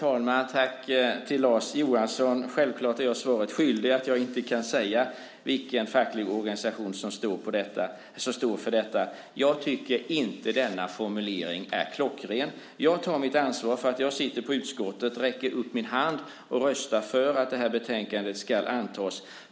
Herr talman! Självklart är jag svaret skyldig. Jag kan inte säga vilken facklig organisation som står för detta. Jag tycker inte att denna formulering är klockren. Jag tar mitt ansvar för att jag i utskottet räckte upp min hand och röstade för att detta förslag skulle antas.